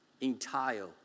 entire